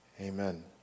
Amen